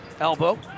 Elbow